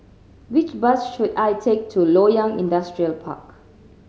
which bus should I take to Loyang Industrial Park